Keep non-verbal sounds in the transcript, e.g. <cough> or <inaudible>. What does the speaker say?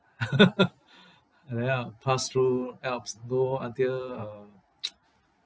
<laughs> and then I pass through alps door until uh <noise>